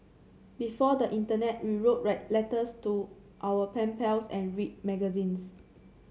before the internet we wrote write letters to our pen pals and read magazines